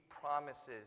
promises